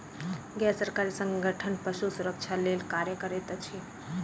गैर सरकारी संगठन पशु सुरक्षा लेल कार्य करैत अछि